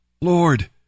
Lord